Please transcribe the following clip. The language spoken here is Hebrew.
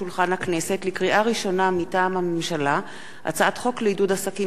הצעת החוק בתי-משפט לעניינים מינהליים (תיקון מס' 75)